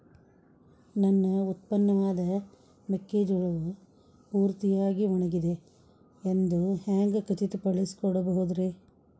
ನನ್ನ ಉತ್ಪನ್ನವಾದ ಮೆಕ್ಕೆಜೋಳವು ಪೂರ್ತಿಯಾಗಿ ಒಣಗಿದೆ ಎಂದು ಹ್ಯಾಂಗ ಖಚಿತ ಪಡಿಸಿಕೊಳ್ಳಬಹುದರೇ?